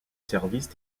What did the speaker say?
service